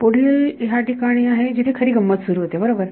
पुढील या ठिकाणी आहे जिथे खरी गंमत सुरू होते बरोबर